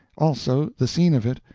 also the scene of it,